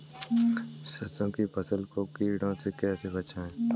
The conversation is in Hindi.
सरसों की फसल को कीड़ों से कैसे बचाएँ?